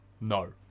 No